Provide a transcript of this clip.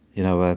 you know, ah